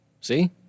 See